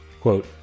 Quote